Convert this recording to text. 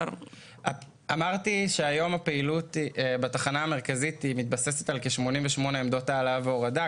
אמרתי שהיום הפעילות בתחנה המרכזית מתבססת על כ-88 עמדות העלאה והורדה,